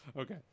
Okay